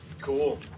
Cool